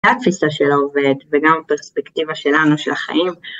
התפיסה של העובד וגם פרספקטיבה שלנו של החיים.